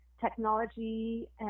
technology